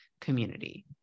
community